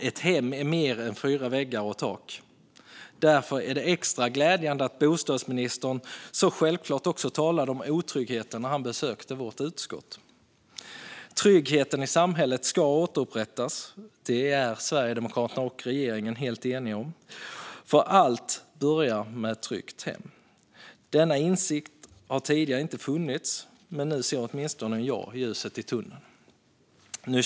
Ett hem är mer än fyra väggar och ett tak. Därför är det extra glädjande att bostadsministern så självklart också talade om otryggheten när han besökte vårt utskott. Att tryggheten i samhället ska återupprättas är Sverigedemokraterna och regeringen helt eniga om. Allt börjar nämligen med ett tryggt hem. Denna insikt har tidigare inte funnits, men nu ser åtminstone jag ljuset i tunneln.